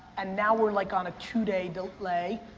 and now we're like on a two day delay,